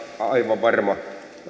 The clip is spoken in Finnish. aivan varma